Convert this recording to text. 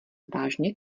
vážně